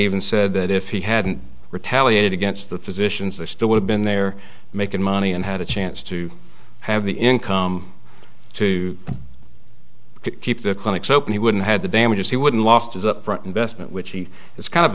even said that if he hadn't retaliated against the physicians they still would have been there making money and had a chance to have the income to keep the clinics open he wouldn't have the damages he wouldn't last as upfront investment which he is kind of